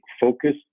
focus